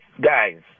guys